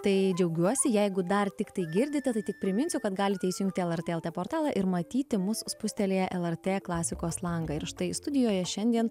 tai džiaugiuosi jeigu dar tiktai girdite tai tik priminsiu kad galite įsijungti lrt lt portalą ir matyti mus spustelėję lrt klasikos langą ir štai studijoje šiandien